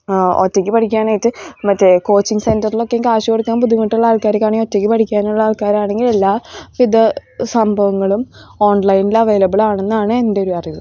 ഒറ്റക്ക് പഠിക്കാനായിട്ട് മറ്റേ കോച്ചിങ് സെൻറ്ററിലൊക്കെയും കാശ് കൊടുക്കാൻ ബുദ്ധിമുട്ടുള്ള ആൾക്കാരൊക്കെ ആണെങ്കിൽ ഒറ്റക്ക് പഠിക്കാനുള്ള ആൾക്കാരാണെങ്കിൽ എല്ലാ വിധ സംഭവങ്ങളും ഓൺലൈനിൽ അവൈലബിൾ ആണെന്നാണ് എന്റെയൊരറിവ്